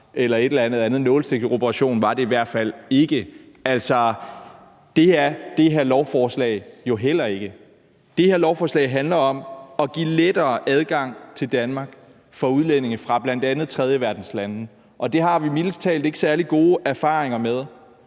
eller noget andet – nålestiksoperation var det i hvert fald ikke. Altså, det er det her lovforslag jo heller ikke. Det her lovforslag handler om at give lettere adgang til Danmark for udlændinge fra bl.a. tredjeverdenslande, og det har vi mildest talt ikke særlig gode erfaringer med,